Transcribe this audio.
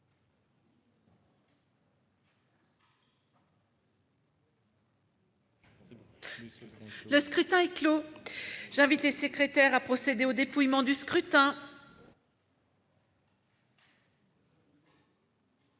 Le scrutin est clos. J'invite Mmes et MM. les secrétaires à procéder au dépouillement du scrutin.